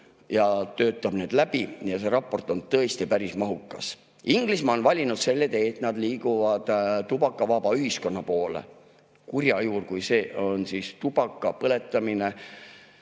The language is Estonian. ja töötab need läbi. See raport on tõesti päris mahukas. Inglismaa on valinud selle tee, et nad liiguvad tubakavaba ühiskonna poole. Kurja juur kui selline on tubaka põletamine